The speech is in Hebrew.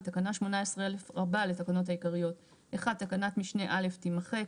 בתקנה 18א רבה לתקנות העיקריות - (1) תקנת משנה (א) - תימחק.